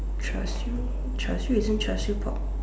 char-siew char-siew isn't char-siew pork